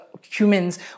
humans